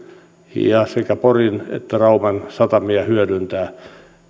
ja sekä porin että rauman satamia hyödyntää